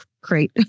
great